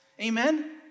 amen